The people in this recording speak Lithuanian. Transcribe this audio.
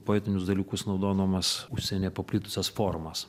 poetinius dalykus naudodamas užsienyje paplitusias formas